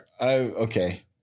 okay